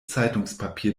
zeitungspapier